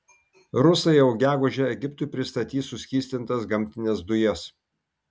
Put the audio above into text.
rusai jau gegužę egiptui pristatys suskystintas gamtines dujas